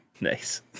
Nice